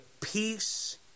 peace